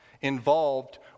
involved